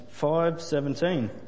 5.17